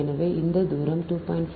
எனவே இந்த தூரம் 2